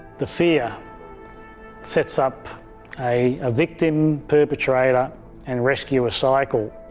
the fear sets up a ah victim perpetrator and rescuer cycle,